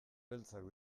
beltzak